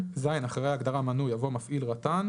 אחרי ההגדרה "מנוי" יבוא: ""מפעיל רט"ן"